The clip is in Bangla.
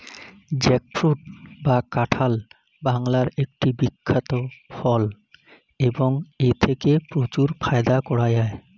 জ্যাকফ্রুট বা কাঁঠাল বাংলার একটি বিখ্যাত ফল এবং এথেকে প্রচুর ফায়দা করা য়ায়